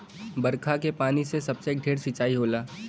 बरखा के पानी से सबसे ढेर सिंचाई होला